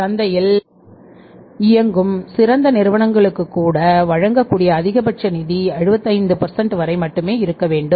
சந்தையில் இயங்கும் சிறந்த நிறுவனங்களுக்கு கூட வழங்கக்கூடிய அதிகபட்ச வங்கி நிதி 75 வரை மட்டுமே இருக்க வேண்டும்